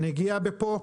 נגיעה פה,